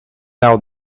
out